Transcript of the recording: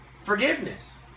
Forgiveness